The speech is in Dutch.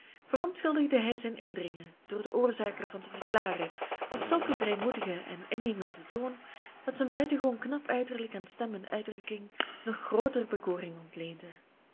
verontschuldigde hij zijn indringen door de oorzaak ervan te verklaren op zulk een vrijmoedigen en innemenden toon dat zijn buitengewoon knap uiterlijk aan stem en uitdrukking nog grootere bekoring ontleende